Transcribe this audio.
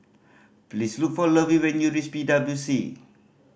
please look for Lovie when you reach P W C